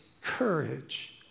courage